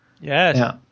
Yes